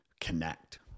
connect